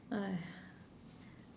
!aiya!